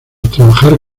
trabajar